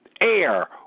air